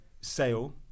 sale